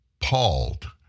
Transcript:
palled